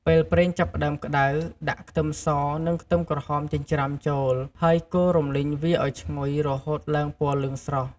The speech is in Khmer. ពេលប្រេងចាប់ផ្ដើមក្ដៅ ដាក់ខ្ទឹមស និងខ្ទឹមក្រហមចិញ្ច្រាំចូល ហើយកូររំលីងវាឱ្យឈ្ងុយ រហូតឡើងពណ៌លឿងស្រស់។